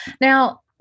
Now